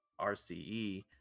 RCE